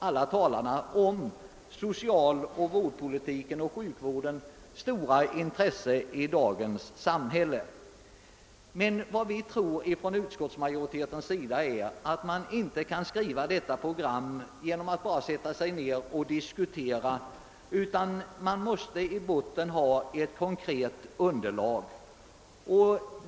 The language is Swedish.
Alla talarna har vittnat om det stora intresset i dagens samhälle för socialvårdsoch sjukvårdspolitiken. Utskottsmajoriteten tror dock att man inte kan skriva ett program bara genom att diskutera utan att man i botten måste ha ett konkret underlag.